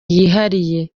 yihariye